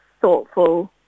thoughtful